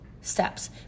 steps